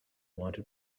wanted